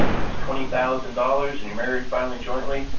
it's twenty thousand dollars and you're married, filing jointly,